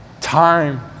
Time